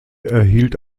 erhielt